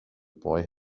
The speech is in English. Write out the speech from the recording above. boy